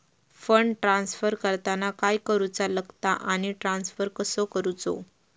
Fund transfer करताना काय करुचा लगता आनी ट्रान्स्फर कसो करूचो?